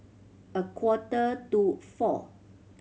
a quarter to four